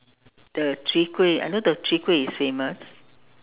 the chwee-kueh I know the chwee-kueh is famous